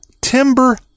timber